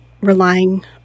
relying